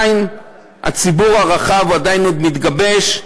הציבור הרחב עוד מתגבש.